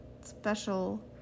special